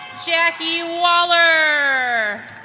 jacquie waller